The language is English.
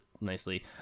nicely